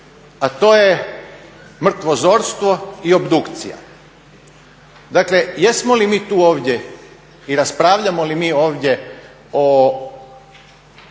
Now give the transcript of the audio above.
A to je mrtvozorstvo i obdukcija. Dakle, jesmo li mi tu ovdje, i raspravljamo li mi ovdje o